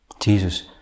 Jesus